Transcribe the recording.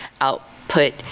output